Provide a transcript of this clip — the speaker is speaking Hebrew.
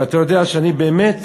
ואתה יודע שאני באמת